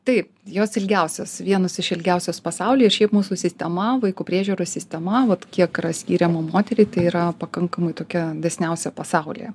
taip jos ilgiausios vienos iš ilgiausios pasaulyje ir šiaip mūsų sistema vaikų priežiūros sistema vat kiek yra skiriama moteriai tai yra pakankamai tokia dosniausia pasaulyje